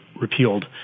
repealed